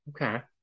okay